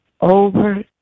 over